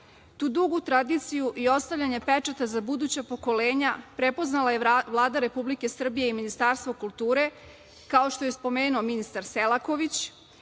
Tu dugu tradiciju ostavljamo pečate za buduća pokolenja prepoznala je Vlada Republike Srbije i Ministarstvo kulture, kao što je spomenuo ministar Selaković.U